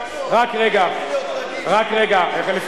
אני אתחיל להיות רגיש, רק רגע, רק רגע.